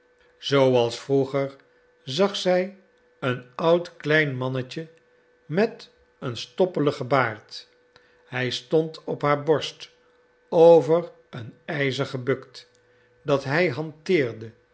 zooals vroeger zag zij een oud klein mannetje met een stoppeligen baard hij stond op haar borst over een ijzer gebukt dat hij hanteerde